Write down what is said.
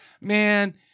man